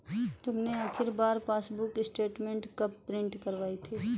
तुमने आखिरी बार पासबुक स्टेटमेंट कब प्रिन्ट करवाई थी?